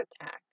attack